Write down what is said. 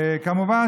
כמובן,